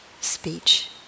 speech